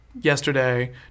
yesterday